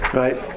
right